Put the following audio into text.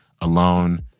alone